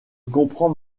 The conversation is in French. comprends